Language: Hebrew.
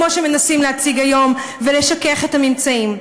כמו שמנסים להציג היום ולשכך את הממצאים,